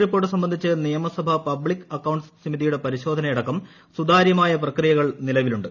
report സംബന്ധിച്ച് നിയമസഭ public accounts കമ്മിറ്റിയുടെ പരിശോധനയടക്കം സുതാര്യമായ പ്രക്രിയകൾ നിലവിലുണ്ട്